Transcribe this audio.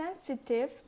sensitive